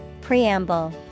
Preamble